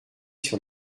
sur